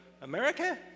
America